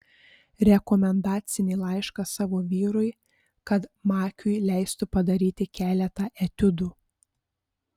rekomendacinį laišką savo vyrui kad makiui leistų padaryti keletą etiudų